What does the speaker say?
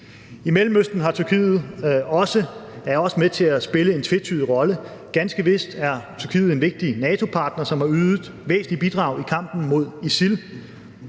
I Mellemøsten er Tyrkiet også med til at spille en tvetydig rolle. Ganske vist er Tyrkiet en vigtig NATO-partner, som har ydet væsentlige bidrag i kampen mod ISIL,